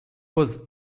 was